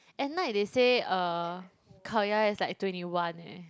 at night they say uh Khao-Yai is like twenty one eh